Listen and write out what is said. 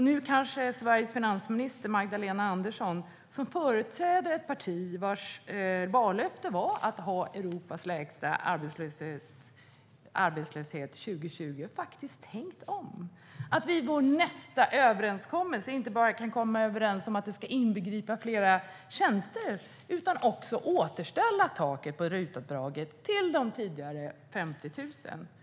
Nu kanske Sveriges finansminister Magdalena Andersson, som företräder ett parti vars vallöfte var att ha Europas lägsta arbetslöshet 2020, faktiskt har tänkt om, så att vi i vår nästa överenskommelse kan komma överens inte bara om att detta ska inbegripa fler tjänster utan också om att återställa taket på RUT-avdraget till de tidigare 50 000 kronorna.